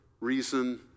reason